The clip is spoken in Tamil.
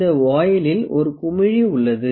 இந்த வொயிலில் ஒரு குமிழி உள்ளது